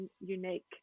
unique